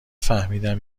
فهمیدم